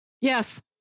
yes